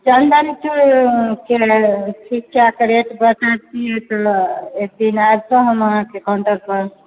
चन्दनचूरके ठीकठाक रेट बतेतिए तऽ एक दिन हम आबितहुँ हम अहाँके काउण्टरपर